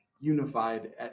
unified